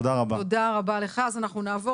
תודה רבה, נעבור